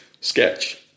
sketch